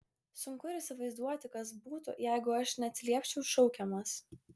sunku ir įsivaizduoti kas būtų jeigu aš neatsiliepčiau šaukiamas